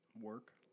Work